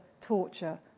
torture